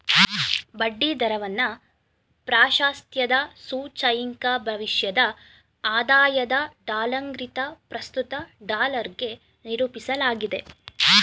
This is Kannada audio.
ಬಡ್ಡಿ ದರವನ್ನ ಪ್ರಾಶಸ್ತ್ಯದ ಸೂಚ್ಯಂಕ ಭವಿಷ್ಯದ ಆದಾಯದ ಡಾಲರ್ಗಿಂತ ಪ್ರಸ್ತುತ ಡಾಲರ್ಗೆ ನಿರೂಪಿಸಲಾಗಿದೆ